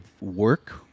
work